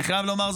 אני חייב לומר,